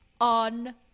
on